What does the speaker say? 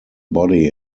body